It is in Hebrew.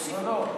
הוסיפו.